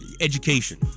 education